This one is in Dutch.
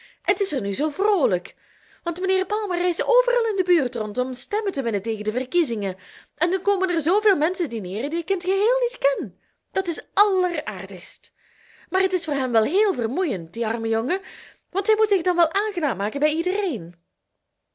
t is er nu zoo vroolijk want mijnheer palmer reist overal in de buurt rond om stemmen te winnen tegen de verkiezingen en dan komen er zooveel menschen dineeren die ik in t geheel niet ken dat is alleraardigst maar het is voor hem wel héél vermoeiend die arme jongen want hij moet zich dan wel aangenaam maken bij iedereen